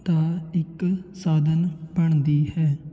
ਦਾ ਇੱਕ ਸਾਧਨ ਬਣਦੀ ਹੈ